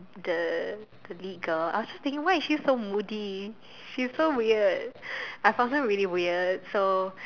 the the lead girl I was just thinking why is she so moody she's so weird I found her really weird so